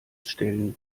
stellen